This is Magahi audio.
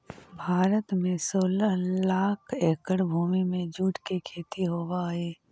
भारत में सोलह लाख एकड़ भूमि में जूट के खेती होवऽ हइ